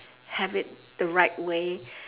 have it the right way